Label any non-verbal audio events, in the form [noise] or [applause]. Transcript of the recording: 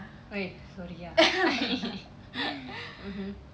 !oi! sorry ah [laughs] mmhmm